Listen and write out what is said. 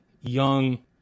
young